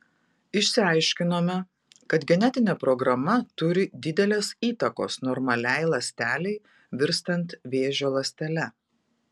išsiaiškinome kad genetinė programa turi didelės įtakos normaliai ląstelei virstant vėžio ląstele